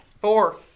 four